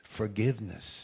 forgiveness